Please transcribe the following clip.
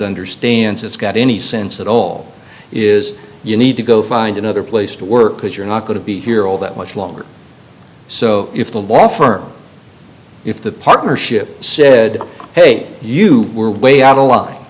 understands it's got any sense at all is you need to go find another place to work because you're not going to be here all that much longer so if the law firm if the partnership said hey you were way out of line